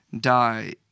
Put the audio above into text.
die